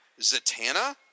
Zatanna